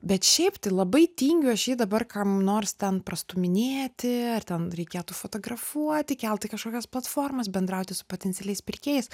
bet šiaip tai labai tingiu aš jį dabar kam nors ten prastūminėti ar ten reikėtų fotografuoti kelt į kažkokias platformas bendrauti su potencialiais pirkėjais